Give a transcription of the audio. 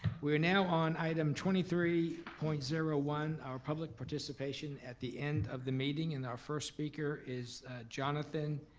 we are now on item twenty three point zero one our public participation at the end of the meeting and our first speaker is jonathan,